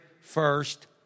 first